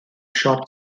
siop